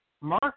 Mark